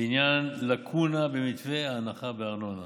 בעניין לקונה במתווה ההנחה בארנונה.